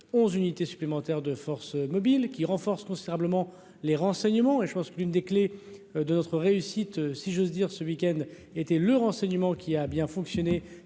11 unités supplémentaires de forces mobiles qui renforce considérablement les renseignements et je pense que l'une des clés de notre réussite, si j'ose dire, ce week-end était le renseignement qui a bien fonctionné,